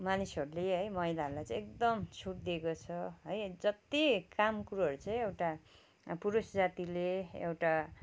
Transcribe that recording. मानिसहरूले है महिलाहरूलाई चाहिँ एकदम छुट दिएको छ है जति कामकुरोहरू चाहिँ एउटा पुरुष जातिले एउटा